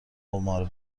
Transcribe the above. قمار